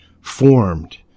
formed